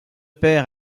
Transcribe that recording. pair